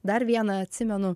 dar vieną atsimenu